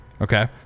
Okay